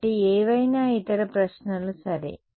కాబట్టి ఏవైనా ఇతర ప్రశ్నలు సరే